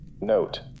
Note